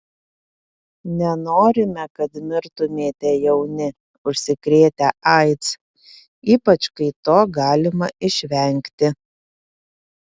nenorime kad mirtumėte jauni užsikrėtę aids ypač kai to galima išvengti